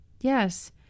Yes